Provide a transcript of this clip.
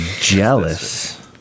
jealous